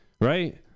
right